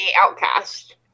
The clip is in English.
outcast